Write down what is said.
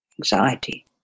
anxiety